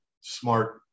smart